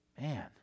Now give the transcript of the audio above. Man